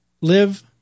live